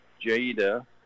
Jada